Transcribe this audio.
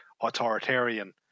authoritarian